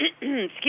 Excuse